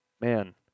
man